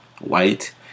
white